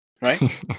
right